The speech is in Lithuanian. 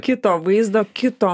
kito vaizdo kito